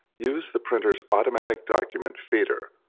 use the printer's automatic document feeder,